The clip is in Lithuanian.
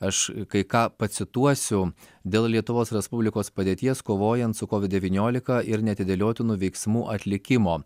aš kai ką pacituosiu dėl lietuvos respublikos padėties kovojant su kovid devyniolika ir neatidėliotinų veiksmų atlikimo